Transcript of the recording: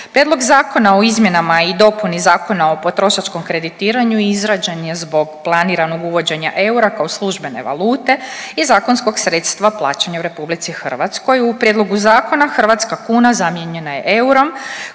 Prijedlog zakona o izmjenama i dopuni Zakona o potrošačkom kreditiranju izrađen je zbog planiranog uvođenja eura kao službene valute i zakonskog sredstva plaćanja u RH. U Prijedlogu zakona, hrvatska kuna zamijenjena je eurom,